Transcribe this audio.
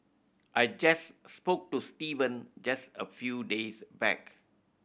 I just spoke to Steven just a few days back